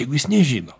jeigu jis nežino